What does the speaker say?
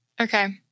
Okay